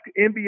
NBA